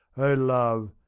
o love!